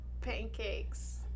pancakes